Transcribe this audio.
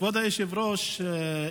כבוד היושב-ראש,